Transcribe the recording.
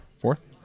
Fourth